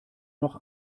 noch